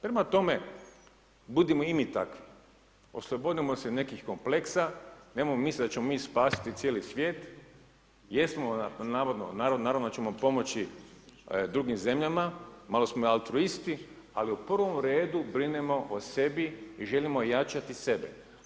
Prema tome, budimo i mi takvi, oslobodimo se nekih kompleksa, nemojmo misliti da ćemo mi spasiti cijeli svijet, jesmo navodno, naravno da ćemo pomoći drugim zemljama, malo smo autoristi, ali u prvom redu brinemo o sebi i želimo jačati sebe.